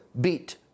beat